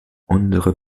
unsere